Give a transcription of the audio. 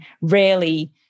rarely